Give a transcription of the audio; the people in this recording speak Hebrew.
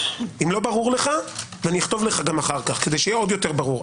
אם לא ברור לך אני אכתוב לך גם אחר כך כדי שיהיה עוד יותר ברור.